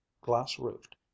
glass-roofed